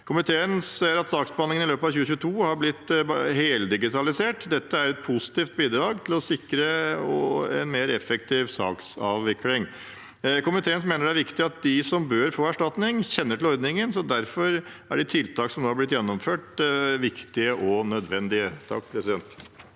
Komiteen ser at saksbehandlingen i løpet av 2022 har blitt heldigitalisert. Dette er et positivt bidrag for å sikre en mer effektiv saksavvikling. Komiteen mener det er viktig at de som bør få erstatning, kjenner til ordningen, og derfor er de tiltak som har blitt gjennomført, viktige og nødvendige.